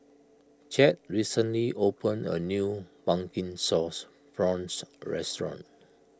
Chadd recently opened a new Pumpkin Sauce Prawns restaurant